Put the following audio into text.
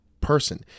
person